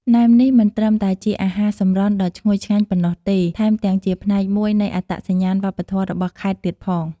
ណែមនេះមិនត្រឹមតែជាអាហារសម្រន់ដ៏ឈ្ងុយឆ្ងាញ់ប៉ុណ្ណោះទេ ថែមទាំងជាផ្នែកមួយនៃអត្តសញ្ញាណវប្បធម៌របស់ខេត្តទៀតផង។